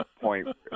point